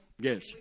Yes